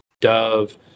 dove